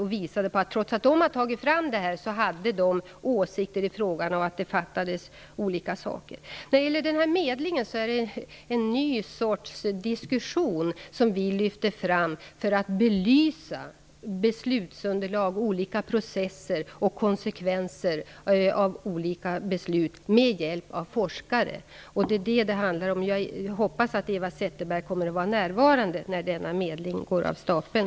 Jag visade på att trots att Vägverket har tagit fram materialet hade man där åsikter i frågan och ansåg att det fattades olika saker. Medlingen innebär att en ny sorts diskussion lyfts fram för att vi med hjälp av forskare skall belysa beslutsunderlag, olika processer och konsekvenser av olika beslut. Det är vad det handlar om. Jag hoppas att Eva Zetterberg kommer att vara närvarande när denna medling går av stapeln.